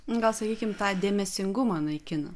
gal sakykim tą dėmesingumą naikina